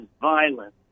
violence